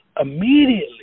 immediately